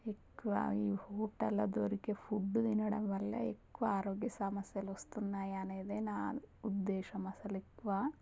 ఎక్కువ ఈ హోటల్లో దొరికే ఫుడ్ తినడం వల్లే ఎక్కువ ఆరోగ్య సమస్యలు వస్తున్నాయి అనేది నా ఉద్దేశము అసలు ఎక్కువ